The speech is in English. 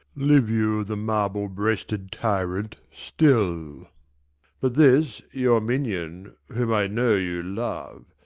live you the marble-breasted tyrant still but this your minion, whom i know you love,